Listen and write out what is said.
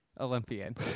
Olympian